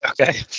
Okay